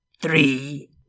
three